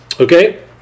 Okay